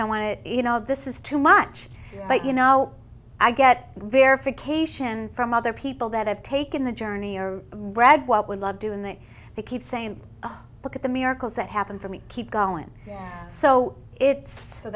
don't want to you know this is too much but you know i get verification from other people that have taken the journey or read what we love doing that they keep saying look at the miracles that happened for me keep going so it's so